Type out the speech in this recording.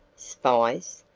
spies!